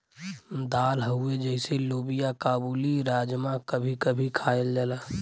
दाल हउवे जइसे लोबिआ काबुली, राजमा कभी कभी खायल जाला